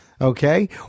okay